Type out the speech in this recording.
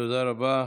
תודה רבה.